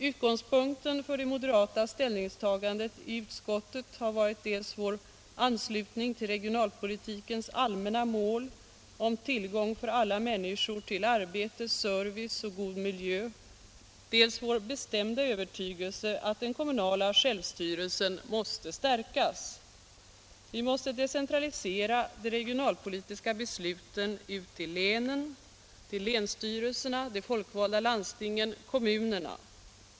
Utgångspunkten för det moderata ställningstagandet i utskottet har varit dels vår anslutning till regionalpolitikens allmänna mål om tillgång för alla människor till arbete, service och god miljö, dels vår bestämda övertygelse att den kommunala självstyrelsen måste stärkas. Vi måste decentralisera de regionalpolitiska besluten ut till länen, till länsstyrelserna, till de folkvalda landstingen och till kommunerna.